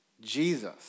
Jesus